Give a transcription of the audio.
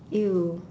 !eww!